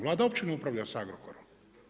Vlada uopće ne upravlja s Agrokorom.